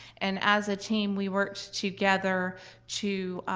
and as a team, we work together to